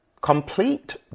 Complete